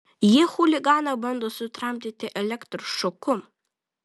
jie chuliganą bando sutramdyti elektros šoku